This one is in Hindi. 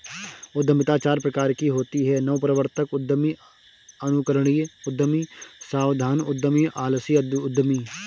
उद्यमिता चार प्रकार की होती है नवप्रवर्तक उद्यमी, अनुकरणीय उद्यमी, सावधान उद्यमी, आलसी उद्यमी